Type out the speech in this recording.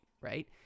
right